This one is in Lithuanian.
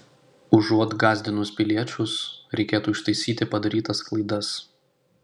užuot gąsdinus piliečius reikėtų ištaisyti padarytas klaidas